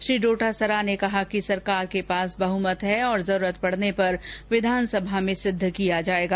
श्री डोटासरा ने कहा कि सरकार के पास बहमत है और जरूरत पड़ने पर विधानसभा में सिद्ध किया जायेगा